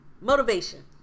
Motivation